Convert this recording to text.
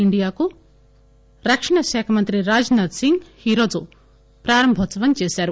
ఇండియాకు రక్షణ శాఖ మంత్రి రాజ్నాథ్ సింగ్ ఈరోజు ప్రారంభోత్సవం చేశారు